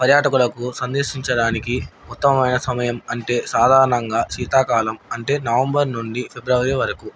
పర్యాటకులకు సందర్శించడానికి ఉత్తమమైన సమయం అంటే సాధారణంగా శీతాకాలం అంటే నవంబర్ నుండి ఫిబ్రవరి వరకు